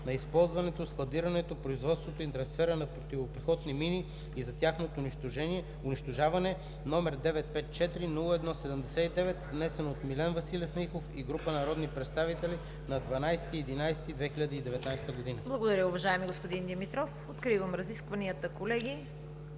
за използването, складирането, производството и трансфера на противопехотни мини и за тяхното унищожаване, № 954-01-79, внесен от Милен Василев Михов и група народни представители на 12 ноември 2019 г.“ ПРЕДСЕДАТЕЛ ЦВЕТА КАРАЯНЧЕВА: Благодаря, уважаеми господин Димитров. Откривам разискванията, колеги.